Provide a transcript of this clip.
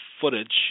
footage